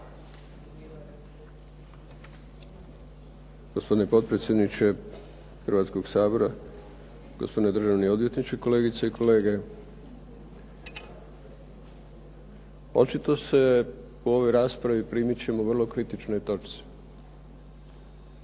Gospodine potpredsjedniče Hrvatskog sabora, gospodine državni odvjetniče, kolegice i kolege. Očito se po ovoj raspravi primičemo vrlo kritičnoj točci